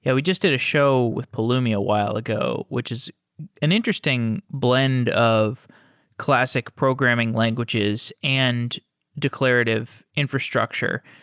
yeah we just did a show with pulumi a while ago, which is an interesting blend of classic programming languages and declarative infrastructure.